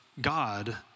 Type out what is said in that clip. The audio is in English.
God